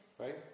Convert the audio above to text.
right